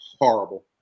Horrible